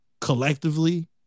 collectively